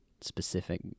Specific